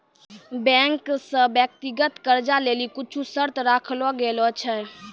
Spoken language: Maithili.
बैंक से व्यक्तिगत कर्जा लेली कुछु शर्त राखलो गेलो छै